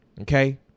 okay